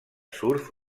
surf